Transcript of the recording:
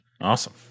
Awesome